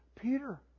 Peter